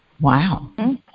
Wow